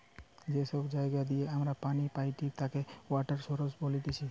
যে সব জায়গা দিয়ে আমরা পানি পাইটি তাকে ওয়াটার সৌরস বলতিছে